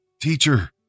Teacher